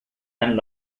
and